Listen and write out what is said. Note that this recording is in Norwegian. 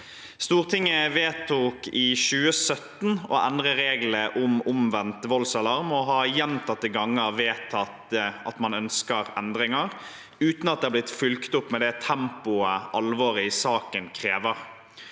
Stortinget vedtok i 2017 å endre reglene om omvendt voldsalarm og har gjentatte ganger vedtatt at man ønsker endringer, uten at det har blitt fulgt opp med det tempoet alvoret i saken krever.